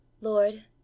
Lord